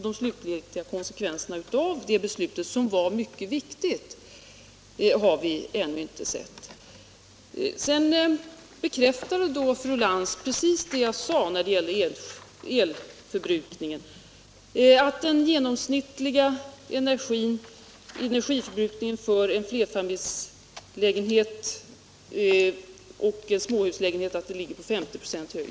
De slutgiltiga konsekvenserna av 1974 års beslut, som var mycket viktigt, har vi ännu inte sett. Fru Lantz bekräftade precis det jag sade när det gäller energiförbrukningen, att den genomsnittliga energiförbrukningen för en småhuslägenhet ligger 50 96 högre än för en flerfamiljshuslägenhet.